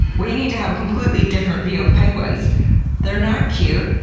we need to have a completely different view of penguins they're not cute,